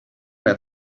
man